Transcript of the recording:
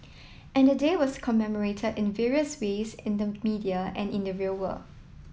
and the day was commemorated in various ways in the media and in the real world